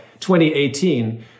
2018